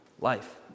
life